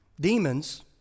demons